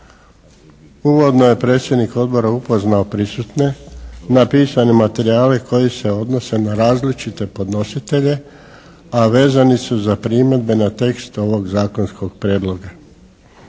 Uvodno je predsjednik Odbora upoznao prisutne na pisane materijale koji se odnose na različite podnositelje, a vezani su za primjedbe na tekst ovog zakonskog prijedloga.